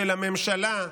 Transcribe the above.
של הממשלה,